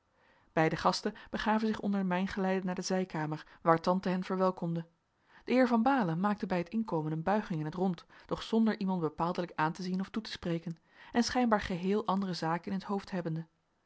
beide gasten begaven zich onder mijn geleide naar de zijkamer waar tante hen verwelkomde de heer van baalen maakte bij het inkomen een buiging in het rond doch zonder iemand bepaaldelijk aan te zien of toe te spreken en schijnbaar geheel andere zaken in t hoofd hebbende